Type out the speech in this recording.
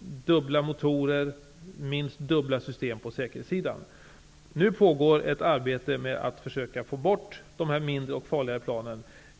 dubbla motorer och minst dubbla system på säkerhetssidan. Nu pågår ett arbete med att försöka få bort de mindre och farligare planen.